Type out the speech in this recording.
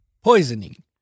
Poisoning